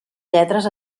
lletres